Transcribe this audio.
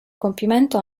compimento